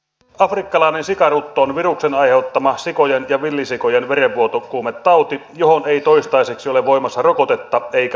afrikkalainen sikarutto on viruksen aiheuttama sikojen ja villisikojen verenvuotokuumetauti johon ei toistaiseksi ole voimassa rokotetta eikä hoitoa